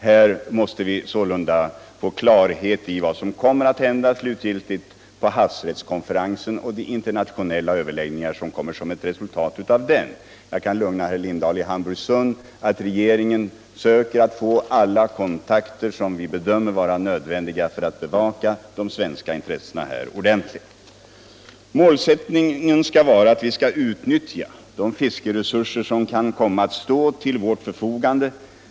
Här måste vi sålunda få klarhet i vad som slutgiltigt kommer att hända på havsrättskonferensen och vid de internationella överläggningar som kommer som ett resultat av den. Jag kan lugna herr Lindahl i Hamburgsund med att regeringen söker att få alla kontakter som vi bedömer som nödvändiga för att ordentligt bevaka de svenska intressena. Målsättningen skall vara att vi skall utnyttja de fiskeresurser som kan komma att stå till vårt förfogande.